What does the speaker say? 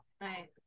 right